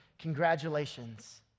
congratulations